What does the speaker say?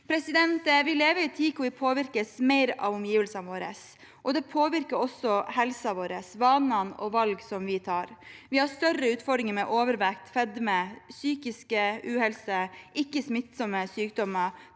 det. Vi lever i en tid da vi påvirkes mer av omgivelsene våre. Det påvirker også helsen vår gjennom vaner og valg som vi tar. Vi har større utfordringer med overvekt, fedme, psykisk uhelse og ikke-smittsomme sykdommer.